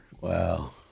Wow